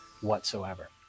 whatsoever